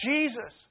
Jesus